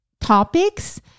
topics